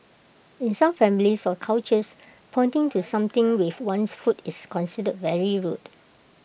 in some families or cultures pointing to something with one's foot is considered very rude